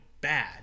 bad